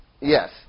Yes